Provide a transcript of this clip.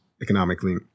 economically